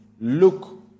look